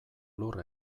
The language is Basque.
lur